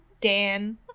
Dan